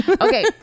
okay